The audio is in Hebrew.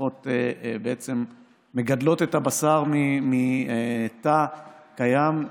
שבעצם מגדלות את הבשר מתא קיים,